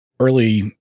Early